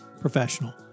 professional